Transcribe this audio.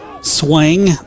Swing